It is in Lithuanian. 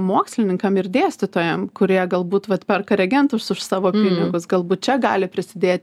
mokslininkam ir dėstytojam kurie galbūt perka regentus už savo pinigus galbūt čia gali prisidėti